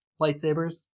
Lightsabers